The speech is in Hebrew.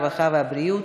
הרווחה והבריאות,